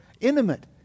intimate